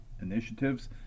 Initiatives